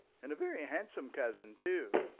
and a very handsome cousin, too.